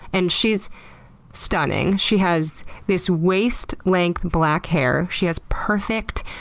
and she's stunning. she has this waist-length, black hair. she has perfect,